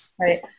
Right